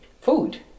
food